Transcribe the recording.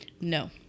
No